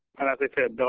and as i said,